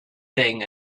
thing